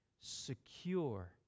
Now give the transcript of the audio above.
secure